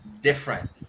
different